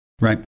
Right